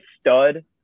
stud